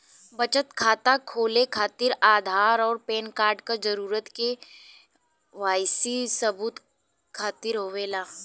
बचत खाता खोले खातिर आधार और पैनकार्ड क जरूरत के वाइ सी सबूत खातिर होवेला